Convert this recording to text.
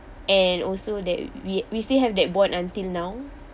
and also that we we still have that bond until now